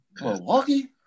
Milwaukee